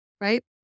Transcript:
right